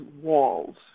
walls